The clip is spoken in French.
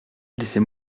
laissez